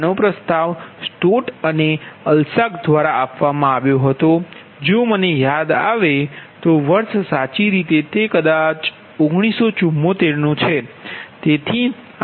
આનો પ્રસ્તાવ સ્ટોટ અને અલસાક દ્વારા આપવામાં આવ્યો હતો જો મને યાદ આવે તો વર્ષ સાચી રીતે તે કદાચ 1974 નું છે